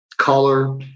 color